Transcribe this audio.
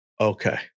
Okay